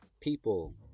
people